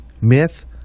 myth